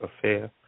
affair